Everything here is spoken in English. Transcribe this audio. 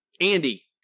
Andy